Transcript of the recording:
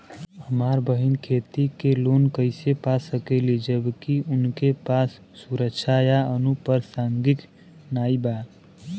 हमार बहिन खेती के लोन कईसे पा सकेली जबकि उनके पास सुरक्षा या अनुपरसांगिक नाई बा?